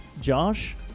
Josh